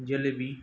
jalebi